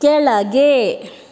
ಕೆಳಗೆ